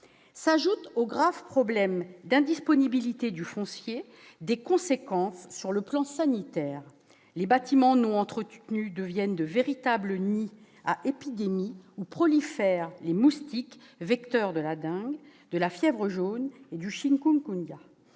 S'ajoutent au grave problème d'indisponibilité du foncier des conséquences sur le plan sanitaire : les bâtiments non entretenus deviennent de véritables nids à épidémie où prolifèrent les moustiques vecteurs de la dengue, de la fièvre jaune et du chikungunya.